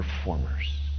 performers